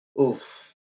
Oof